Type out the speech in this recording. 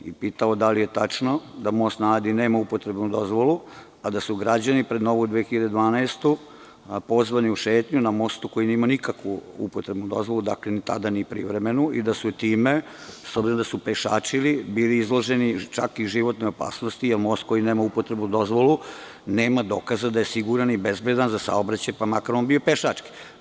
Pitao sam da li je tačno da most na Adi nema upotrebnu dozvolu, a da su građani, pred Novu 2012. godinu, pozvani u šetnju na mostu koji nije imao nikakvu upotrebnu dozvolu, ni privremenu, i da su time, s obzirom da su pešačili, bili izloženi životnoj opasnosti, jer most koji nema upotrebnu dozvolu nema dokaza da je siguran i bezbedan za saobraćaj, pa makar bio on pešački?